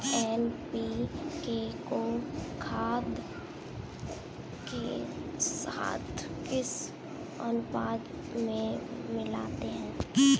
NPK को खाद के साथ किस अनुपात में मिलाते हैं?